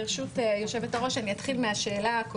ברשות יושבת-הראש, אתחיל מהשאלה הקודמת.